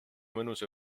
mõnus